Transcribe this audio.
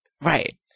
Right